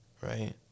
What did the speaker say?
right